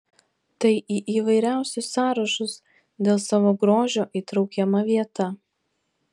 tai į įvairiausius sąrašus dėl savo grožio įtraukiama vieta